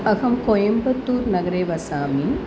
अहं कोयम्बतूर्नगरे वसामि